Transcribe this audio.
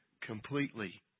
completely